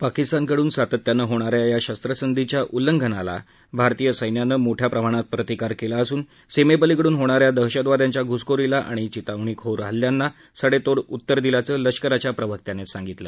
पकिस्तानकडून सातत्यानं होणा या या शस्त्रसंधीच्या उल्लंघनाला भारतीय लष्करानं मोठया प्रमाणात प्रतिकार केला असून सीमेपलीकडून होणा या दहशतवाद्यांच्या घुसखोरीला आणि चिथावणीखोर हल्ल्यांना सडेतोड उत्तर दिल्याचं लष्कराच्या प्रवक्त्यानं सांगितलं